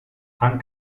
han